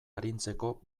arintzeko